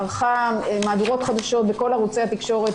ערכה מהדורות חדשות בכל ערוצי התקשורת,